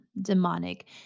demonic